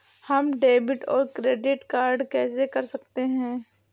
हम डेबिटऔर क्रेडिट कैसे कर सकते हैं?